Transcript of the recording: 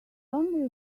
only